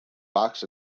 fox